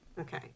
Okay